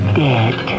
dead